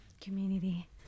Community